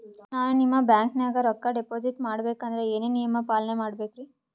ನಾನು ನಿಮ್ಮ ಬ್ಯಾಂಕನಾಗ ರೊಕ್ಕಾ ಡಿಪಾಜಿಟ್ ಮಾಡ ಬೇಕಂದ್ರ ಏನೇನು ನಿಯಮ ಪಾಲನೇ ಮಾಡ್ಬೇಕ್ರಿ?